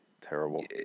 terrible